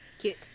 Cute